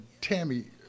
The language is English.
Tammy